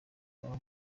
baba